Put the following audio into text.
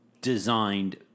designed